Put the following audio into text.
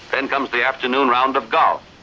then comes the afternoon round of golf,